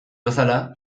bezala